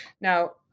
Now